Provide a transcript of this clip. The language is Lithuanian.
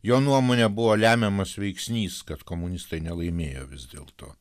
jo nuomone buvo lemiamas veiksnys kad komunistai nelaimėjo vis dėlto